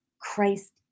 Christ